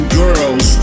girls